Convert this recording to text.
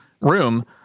room